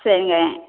சரிங்க